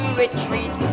retreat